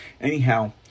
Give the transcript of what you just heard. anyhow